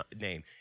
name